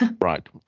Right